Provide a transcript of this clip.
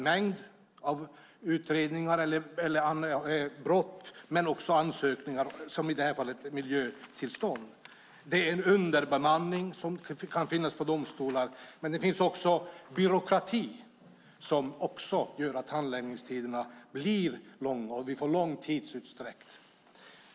Mängden brott och ansökningar, i detta fall gäller det miljötillstånd, har ökat. Domstolarna är underbemannade, men byråkratin bidrar också till långa handläggningstider.